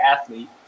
athlete